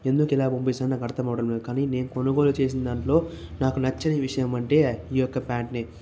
ఎందుకు ఇలా పంపిస్తానో నాకు అర్ధమవ్వడం లేదు కానీ నేను కొనుగోలు చేసిన దాంట్లో నాకు నచ్చని విషయమంటే ఈ యొక్క ప్యాంట్ఏ